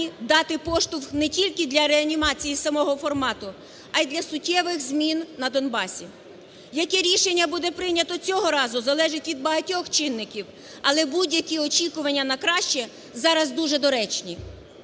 дати поштовх не тільки для реанімації самого формату, а й для суттєвих змін на Донбасі. Яке рішення буде прийнято цього разу, залежить від багатьох чинників, але будь-які очікування на краще зараз дуже доречні.